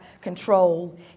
control